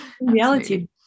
reality